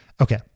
Okay